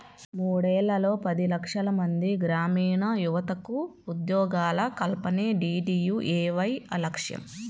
మూడేళ్లలో పది లక్షలమంది గ్రామీణయువతకు ఉద్యోగాల కల్పనే డీడీయూఏవై లక్ష్యం